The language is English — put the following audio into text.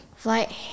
flight